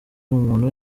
umuntu